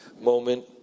moment